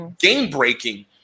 game-breaking